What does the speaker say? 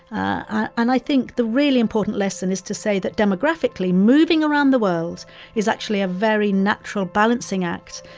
and i think the really important lesson is to say that demographically, moving around the world is actually a very natural balancing act.